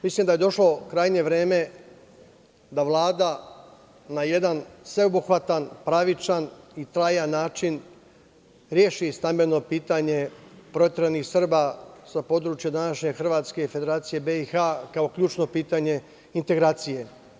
Mislim da je došlo krajnje vreme da Vlada na jedan sveobuhvatan, pravičan i trajan način reši stambeno pitanje proteranih Srba sa područja današnje Hrvatske i Federacije BiH kao ključno pitanje integracije.